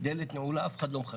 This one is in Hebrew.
הדלת נעולה, אף אחד לא מחכה.